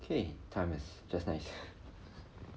K time is just nice